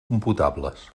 computables